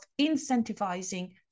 incentivizing